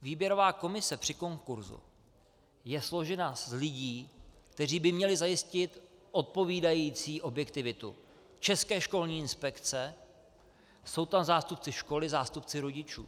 Výběrová komise při konkurzu je složena z lidí, kteří by měli zajistit odpovídající objektivitu České školní inspekce, jsou tam zástupci školy, zástupci rodičů.